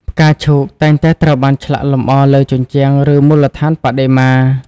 ផ្កាឈូកតែងតែត្រូវបានឆ្លាក់លម្អលើជញ្ជាំង ឬមូលដ្ឋានបដិមា។